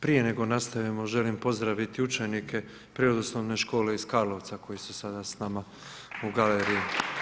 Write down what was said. Prije nego nastavimo želim pozdraviti učenike Prirodoslovne škole iz Karlovca koji su sada s nama u galeriji.